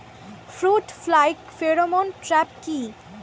Fruit fly pheromone trap কি?